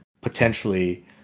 potentially